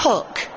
Hook